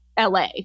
LA